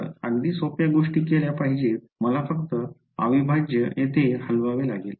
तर अगदी सोप्या गोष्टी केल्या पाहिजेत मला फक्त अविभाज्य येथे हलवावे लागेल